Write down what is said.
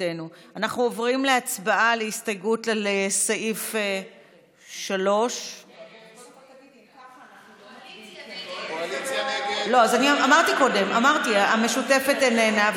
אנחנו עוברים להצבעה על הסתייגות לסעיף 3. המשותפת איננה,